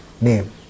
Name